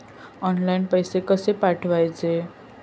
Online पैसे कशे पाठवचे?